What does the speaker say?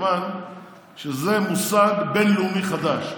מכיוון שזה מושג בין-לאומי חדש.